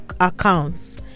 accounts